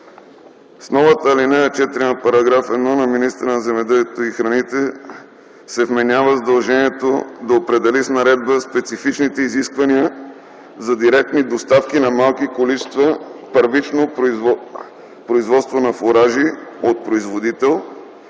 С новата ал. 4 на § 1 на министъра на земеделието и храните се вменява задължението да определи с наредба специфичните изисквания за директни доставки на малки количества първично производство на фуражи от производител,